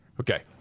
Okay